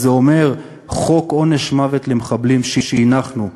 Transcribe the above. זה אומר חוק עונש מוות למחבלים שהנחנו,